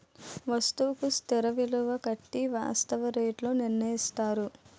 వస్తువుకు స్థిర విలువ కట్టి వాస్తవ రేట్లు నిర్ణయిస్తారు